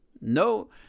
no